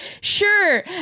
sure